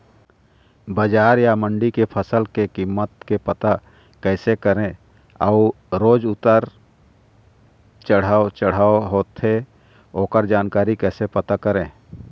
बजार या मंडी के फसल के कीमत के पता कैसे करें अऊ रोज उतर चढ़व चढ़व होथे ओकर जानकारी कैसे पता करें?